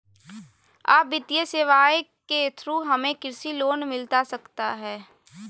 आ वित्तीय सेवाएं के थ्रू हमें कृषि लोन मिलता सकता है?